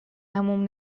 عموم